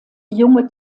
junge